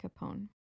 Capone